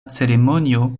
ceremonio